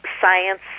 science